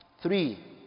Three